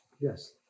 yes